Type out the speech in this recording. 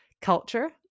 culture